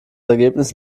ergebnis